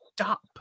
stop